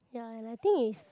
ya and I think is